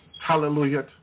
Hallelujah